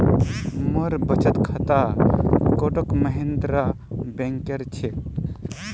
मोर बचत खाता कोटक महिंद्रा बैंकेर छिके